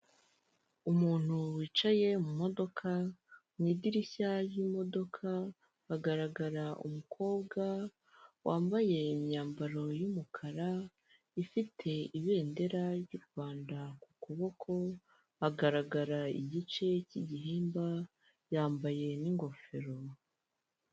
Umuntu wicaye mu modoka mu idirishya ry'imodoka hagaragara umukobwa wambaye imyambaro y'umukara, ifite ibendera ry'u Rwanda ku kuboko haagaragara igice k'igihimba yambaye n'ingofero.